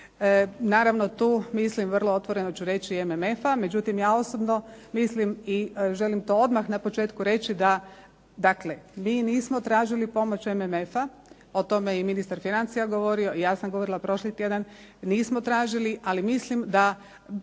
Naravno, tu mislim, vrlo otvoreno ću reći, MMF-a, međutim ja osobno mislim i želim to odmah na početku reći da dakle mi nismo tražili pomoć MMF-a, o tome je i ministar financija govorio i ja sam govorila prošli tjedan, nismo tražili, ali mislim da